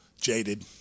jaded